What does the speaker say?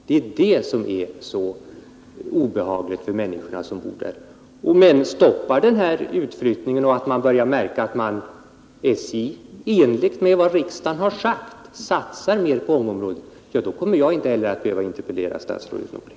Det är det som är så obehagligt för människorna där. Men om nu utflyttningen från Ånge stoppas, kommunikationsministern förhindrar avvecklingen av SJ-organ där och SJ i enlighet med vad riksdagen har uttalat satsar mer på Ånge trafikområde, då behöver jag inte interpellera statsrådet mer i den här frågan.